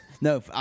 No